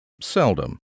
seldom